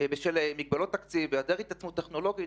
בשל מגבלות תקציב ובשל העדר התעצמות טכנולוגית